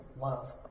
love